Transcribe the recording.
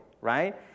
Right